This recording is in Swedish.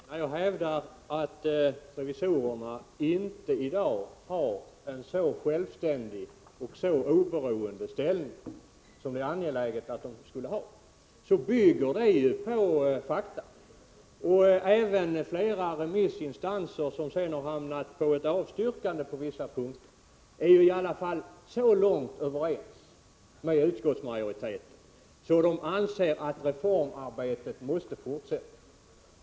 Fru talman! När jag hävdar att revisorerna i dag inte har en så självständig och oberoende ställning som de borde ha, bygger detta på fakta. Även flera remissinstanser som sedan har hamnat på ett avstyrkande på vissa punkter är i alla fall så långt överens med utskottsmajoriteten, att de anser att reformarbetet måste fortsätta.